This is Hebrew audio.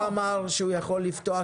אבל שר השיכון אלקין אמר שהוא יכול לפתוח